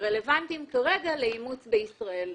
רלוונטיים כרגע לאימוץ בישראל.